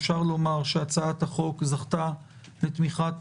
אפשר לומר שהצעת החוק זכתה לתמיכת